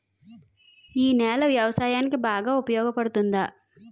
ఈ నేల వ్యవసాయానికి బాగా ఉపయోగపడుతుందా?